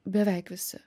beveik visi